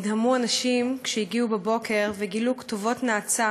נדהמו אנשים כשהגיעו בבוקר וגילו כתובות נאצה